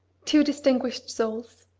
two distinguished souls!